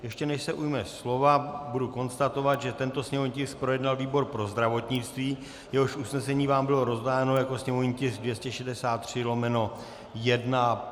Ještě než se ujme slova, budu konstatovat, že tento sněmovní tisk projednal výbor pro zdravotnictví, jehož usnesení vám bylo rozdáno jako sněmovní tisk 263/1.